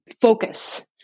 focus